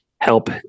help